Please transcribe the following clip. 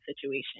situation